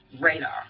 radar